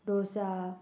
dosa